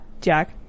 Jack